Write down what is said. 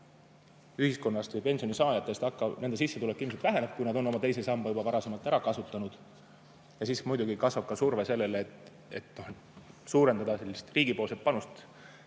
ühiskonnast või pensionisaajatest sissetulek ilmselt väheneb, kui nad on oma teise samba juba varasemalt ära kasutanud. Siis muidugi kasvab ka surve selleks, et suurendada riigi panust